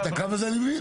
את הקו הזה אני מבין.